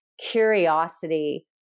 curiosity